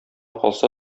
калса